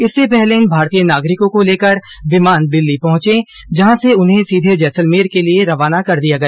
इससे पहले इन भारतीय नागरिकों को लेकर विमान दिल्ली पहुंचे जहां से उन्हें सीधे जैसलमेर के लिये रवाना कर दिया गया